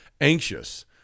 anxious